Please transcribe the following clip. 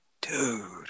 dude